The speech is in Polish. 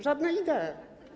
Żadne idee.